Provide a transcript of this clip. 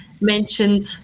mentioned